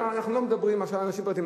אנחנו לא מדברים עכשיו על אנשים פרטיים,